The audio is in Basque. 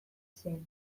zen